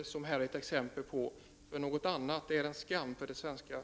Något annat vore en skam för den svenska regeringen och för vårt land.